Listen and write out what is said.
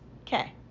Okay